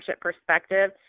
perspective